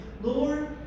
Lord